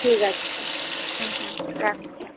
ঠিক আছে হুম হুম রাখছি